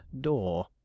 door